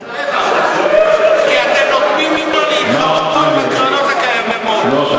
הראשי, כי אתם נותנים לו להתחרות בקרנות הקיימות.